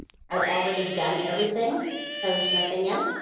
i've already done everything. so there's nothing in